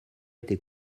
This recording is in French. était